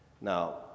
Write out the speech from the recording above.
Now